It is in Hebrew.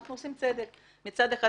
אנחנו עושים צדק: מצד אחד,